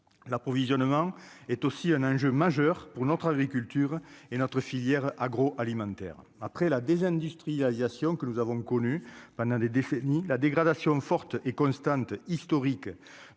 l'approvisionnement est aussi un enjeu majeur pour notre agriculture et notre filière agro-agroalimentaire après la désindustrialisation que nous avons connu pendant des décennies, la dégradation forte et constante historique